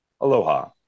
aloha